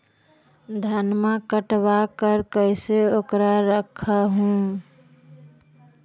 धनमा कटबाकार कैसे उकरा रख हू?